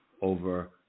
Over